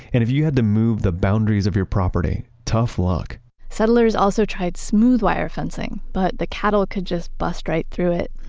and if you had to move the boundaries of your property, tough luck settlers also tried smooth wire fencing, but the cattle could just bust right through it.